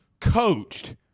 coached